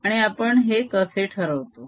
आणि आपण हे कसे ठरवतो